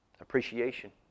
appreciation